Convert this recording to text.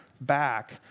back